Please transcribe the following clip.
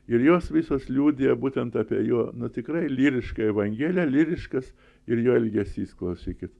ir jos visos liudija būtent apie jo nu tikrai lyriška evangelija lyriškas ir jo elgesys klausykit